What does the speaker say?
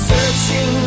Searching